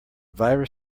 virus